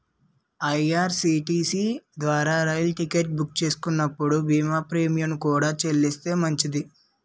IRCTC ద్వారా రైలు ticket book చేస్తున్నప్పుడు బీమా ప్రీమియంను కూడా చెల్లిస్తే మంచిది